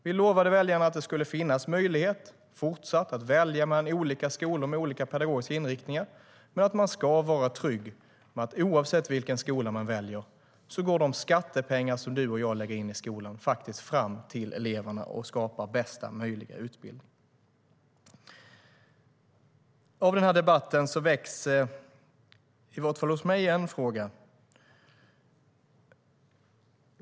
Vi lovade väljarna att det fortsatt ska finnas möjlighet att välja mellan olika skolor med olika pedagogiska inriktningar men att man ska vara trygg med att oavsett vilken skola man väljer går de skattepengar som du och jag lägger in i skolan fram till eleverna och skapar bästa möjliga utbildning. Av den här debatten väcks i varje fall hos mig en fråga.